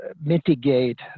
mitigate